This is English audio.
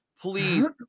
Please